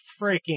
freaking